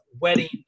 wedding